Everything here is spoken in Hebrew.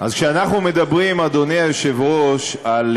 אז כשאנחנו מדברים, אדוני היושב-ראש, על